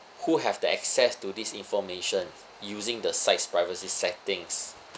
who have the access to this information using the site's privacy settings